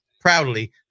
proudly